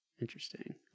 Interesting